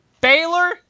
Baylor